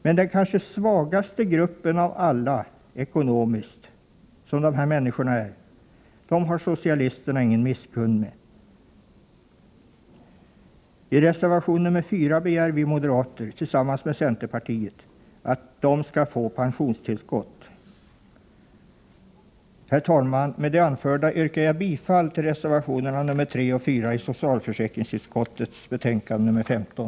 Men den kanske ekonomiskt svagaste gruppen av alla har socialisterna ingen misskund med. I reservation 4 begär vi moderater tillsammans med centerpartiet att dessa skall få pensionstillskott. Herr talman! Med det anförda yrkar jag bifall till reservationerna 3 och 4 vid socialförsäkringsutskottets betänkande nr 15.